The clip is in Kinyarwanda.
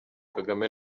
kagame